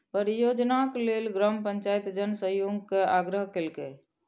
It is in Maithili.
परियोजनाक लेल ग्राम पंचायत जन सहयोग के आग्रह केलकै